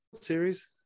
series